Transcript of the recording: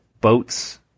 boats